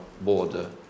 border